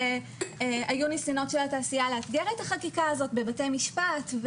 היו ניסיונות של התעשייה להסדיר את החקיקה הזאת בבתי המשפט,